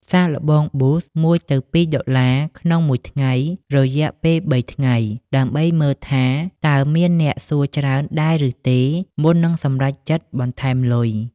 សាកល្បង Boost ១-២ ដុល្លារក្នុងមួយថ្ងៃ រយៈពេល ៣ ថ្ងៃ ដើម្បីមើលថា តើមានអ្នកសួរច្រើនដែរឬទេ មុននឹងសម្រេចចិត្តបន្ថែមលុយ។